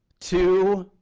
two,